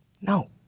No